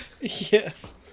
Yes